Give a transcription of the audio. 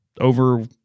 over